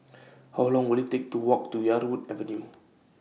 How Long Will IT Take to Walk to Yarwood Avenue